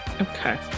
Okay